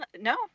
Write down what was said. No